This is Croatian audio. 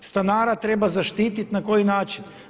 Stanara treba zaštititi, na koji način?